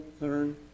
learn